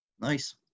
nice